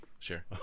sure